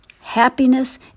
Happiness